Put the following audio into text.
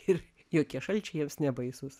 ir jokie šalčiai jiems nebaisūs